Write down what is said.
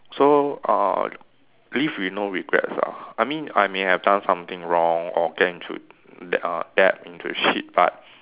so uh live with no regrets ah I mean I may have done something wrong or get into that uh get into shit but